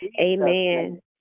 Amen